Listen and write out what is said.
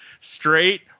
straight